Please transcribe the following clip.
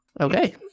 Okay